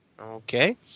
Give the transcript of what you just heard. Okay